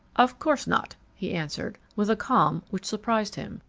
of course not, he answered, with a calm which surprised him.